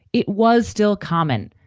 it was still common,